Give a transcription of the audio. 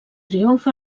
triomf